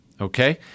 okay